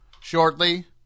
shortly